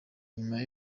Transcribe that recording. nyuma